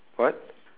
what